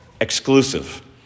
exclusive